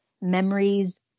memories